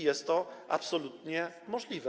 Jest to absolutnie możliwe.